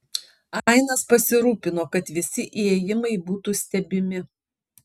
ainas pasirūpino kad visi įėjimai būtų stebimi